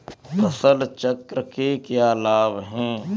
फसल चक्र के क्या लाभ हैं?